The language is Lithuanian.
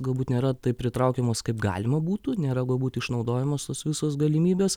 galbūt nėra taip pritraukiamos kaip galima būtų nėra galbūt išnaudojamos tos visos galimybės